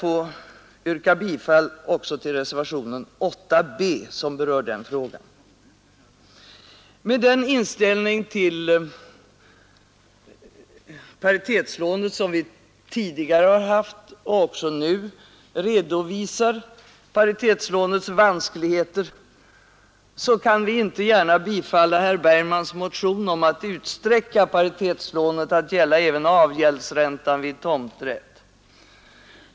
Jag yrkar bifall till reservationen 8 b, som berör denna fråga. Med den inställning som vi tidigare har haft och även nu redovisar till paritetslånens vanskligheter kan vi inte gärna tillstyrka herr Bergmans motion om att paritetslånen skall utsträckas att omfatta avgäldsräntan vid tomträtt.